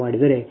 5 0